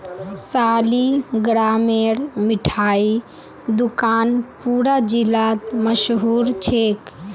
सालिगरामेर मिठाई दुकान पूरा जिलात मशहूर छेक